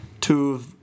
two